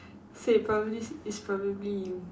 so it probably it's probably you